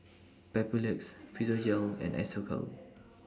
Papulex Physiogel and Isocal